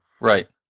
Right